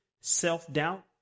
self-doubt